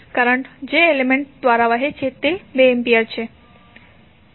current જે element દ્વારા વહે છે તે 2 એમ્પીયર છે